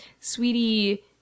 Sweetie